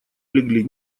легли